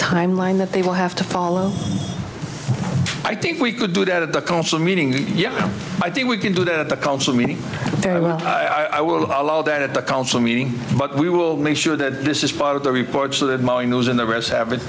timeline that they will have to follow i think we could do it at the council meeting yes i think we can do that at the council meeting i will allow that at the council meeting but we will make sure that this is part of the reports that those in the rest